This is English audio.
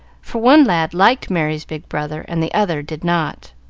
for one lad liked merry's big brother and the other did not.